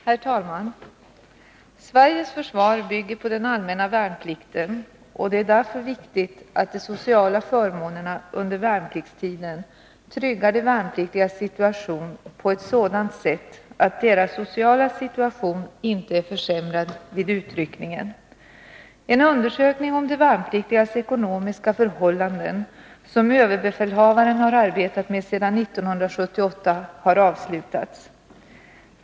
Herr talman! Sveriges försvar bygger på den allmänna värnplikten, och det är därför viktigt att de sociala förmånerna under värnpliktstiden tryggar de värnpliktigas situation på ett sådant sätt att deras sociala situation inte är försämrad vid utryckningen. En undersökning om de värnpliktigas ekonomiska förhållanden som överbefälhavaren har arbetat med sedan 1978 har avslutats.